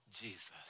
Jesus